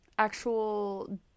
actual